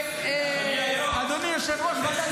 אדוני היו"ר --- אדוני היושב-ראש,